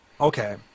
Okay